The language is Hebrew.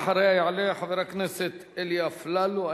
ואחריה יעלה חבר הכנסת אלי אפללו,